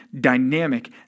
dynamic